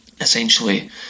essentially